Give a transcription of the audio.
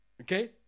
okay